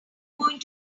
going